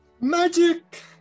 Magic